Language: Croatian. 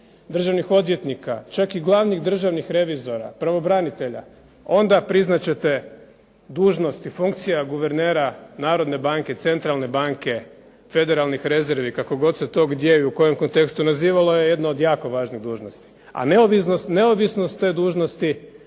državnih odvjetnika, čak i glavnih državnih revizora, pravobranitelja onda priznat ćete dužnost i funkcija guvernera Narodne banke, centralne banke, federalnih rezervi kako god se to gdje i u kojem kontekst spominjalo je jedno od jako važnih dužnosti. A neovisnost te dužnosti